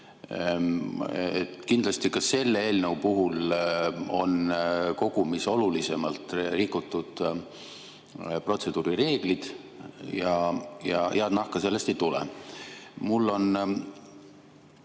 Kindlasti ka selle eelnõu puhul on kogumis olulisemalt rikutud protseduurireegleid ja head nahka sellest ei tule.